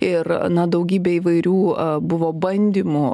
ir na daugybė įvairių buvo bandymų